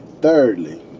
Thirdly